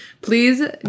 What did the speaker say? please